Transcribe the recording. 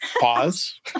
pause